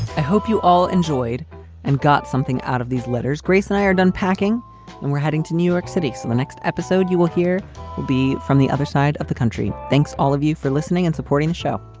i hope you all enjoyed and got something out of these letters, grace and i are done packing and we're heading to new york city, so the next episode you will hear will be from the other side of the country. thanks all of you for listening and supporting the show.